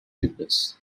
witnessed